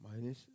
minus